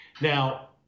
Now